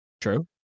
True